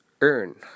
earn